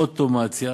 אוטומציה,